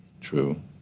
True